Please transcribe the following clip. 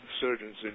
surgeons